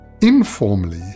Informally